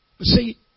See